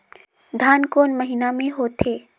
धान कोन महीना मे होथे?